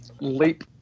leap